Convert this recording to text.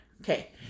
Okay